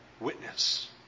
witness